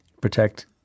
protect